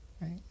Right